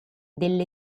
delle